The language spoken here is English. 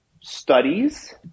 studies